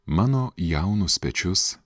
mano jaunus pečius